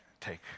take